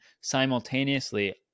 simultaneously